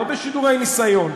לא בשידורי ניסיון.